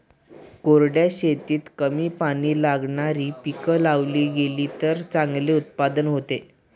कोरड्या शेतीत कमी पाणी लागणारी पिकं लावली गेलीत तर चांगले उत्पादन होते